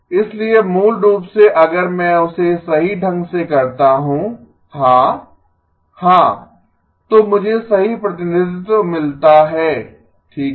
इसलिए मूल रूप से अगर मैं उसे सही ढंग से करता हूँ हाँ हाँ तो मुझे सही प्रतिनिधित्व मिलता है ठीक है